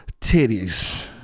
titties